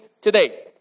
today